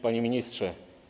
Panie Ministrze!